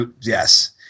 Yes